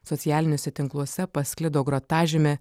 socialiniuose tinkluose pasklido grotažymė